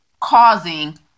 causing